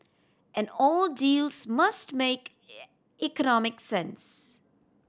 and all deals must make economic sense